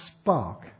spark